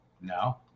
No